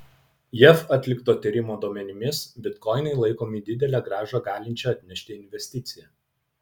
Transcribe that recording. jav atlikto tyrimo duomenimis bitkoinai laikomi didelę grąžą galinčia atnešti investicija